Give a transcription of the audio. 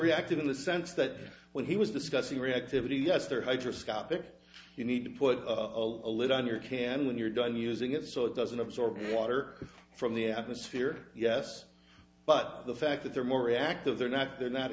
reactive in the sense that when he was discussing reactivity yes there hydra scopic you need to put a lid on your can when you're done using it so it doesn't absorb water from the atmosphere yes but the fact that they're more reactive they're not they're not